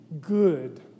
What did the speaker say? good